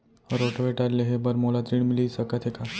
Rotavator लेहे बर मोला ऋण मिलिस सकत हे का?